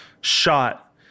shot